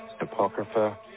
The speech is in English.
Apocrypha